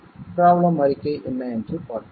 problem அறிக்கை என்ன என்று பார்ப்போம்